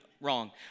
wrong